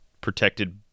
protected